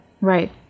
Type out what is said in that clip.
right